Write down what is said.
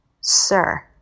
Sir